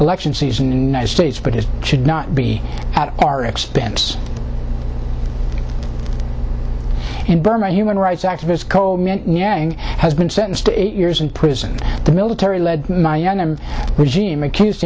election season united states but it should not be at our expense in burma a human rights activist yang has been sentenced to eight years in prison the military led regime accused